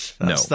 No